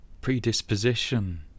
predisposition